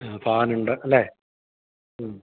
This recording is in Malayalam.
മ്മ് ഫാനുണ്ട് അല്ലേ മ്മ്